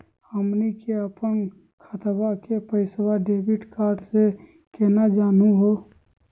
हमनी के अपन खतवा के पैसवा डेबिट कार्ड से केना जानहु हो?